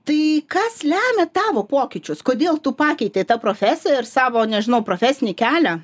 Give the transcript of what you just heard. tai kas lemia tavo pokyčius kodėl tu pakeitei tą profesiją ir savo nežinau profesinį kelią